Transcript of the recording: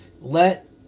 Let